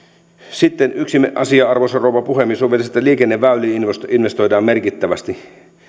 sitten yksi asia arvoisa rouva puhemies on vielä sitten se että liikenneväyliin investoidaan merkittävästi